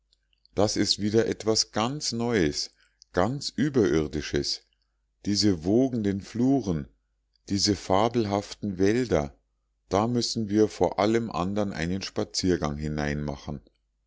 das ist wieder etwas ganz neues ganz überirdisches diese wogenden fluren diese fabelhaften wälder da müssen wir vor allem andern einen spaziergang hinein machen